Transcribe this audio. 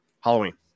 Halloween